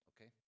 okay